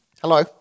Hello